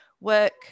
work